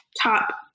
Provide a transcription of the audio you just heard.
top